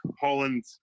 Holland